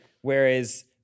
Whereas